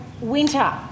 winter